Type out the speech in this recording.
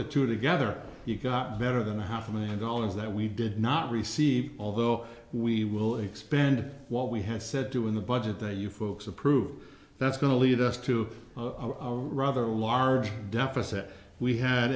the two together you got better than half a million dollars that we did not receive although we will expand what we have said to in the budget that you folks approved that's going to lead us to rather large deficit we had